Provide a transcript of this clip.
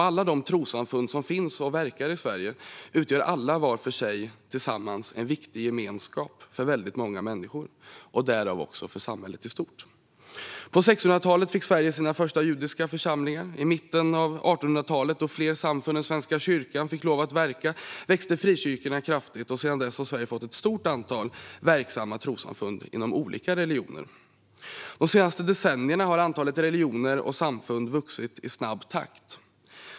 Alla de trossamfund som finns och verkar i Sverige utgör alla, var för sig och tillsammans, en viktig gemenskap för väldigt många människor, och därmed för samhället i stort. På 1600-talet fick Sverige sina första judiska församlingar. I mitten av 1800-talet då fler samfund än Svenska kyrkan fick lov att verka växte frikyrkorna kraftigt. Sedan dess har Sverige fått ett stort antal verksamma trossamfund inom olika religioner. De senaste decennierna har antalet religioner och samfund vuxit i snabb takt.